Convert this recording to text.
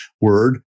word